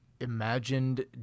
imagined